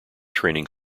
training